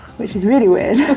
which is really weird.